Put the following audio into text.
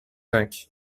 cinq